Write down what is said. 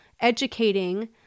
educating